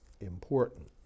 important